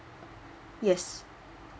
yes